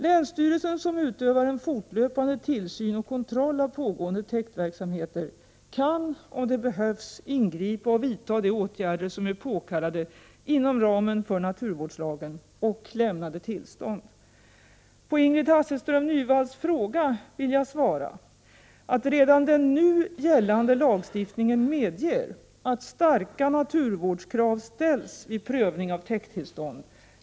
Länsstyrelsen, som utövar en fortlöpande tillsyn och kontroll av pågående täktverksamheter, kan om det behövs ingripa och vidta de åtgärder som är påkallade inom ramen för naturvårdslagen och lämnade tillstånd. På Ingrid Hasselström Nyvalls fråga vill jag svara att redan den nu gällande lagstiftningen medger att starka naturvårdskrav ställs vid prövning av täkttillstånd.